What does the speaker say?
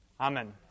Amen